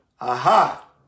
Aha